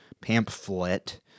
pamphlet